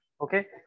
Okay